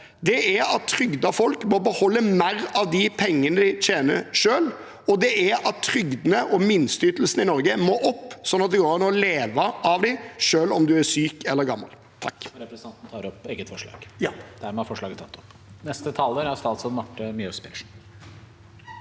Det er at trygdede folk må få beholde mer av pengene de tjener, selv, og at trygdene og minsteytelsene i Norge må opp, sånn at det går an å leve av dem, selv om man er syk eller gammel. Med